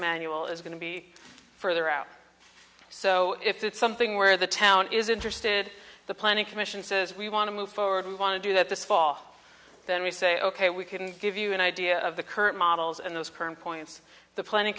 manual is going to be further out so if it's something where the town is interested the planning commission says we want to move forward we want to do that this fall then we say ok we can give you an idea of the current models and those current points the planning